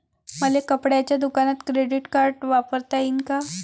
मले कपड्याच्या दुकानात क्रेडिट कार्ड वापरता येईन का?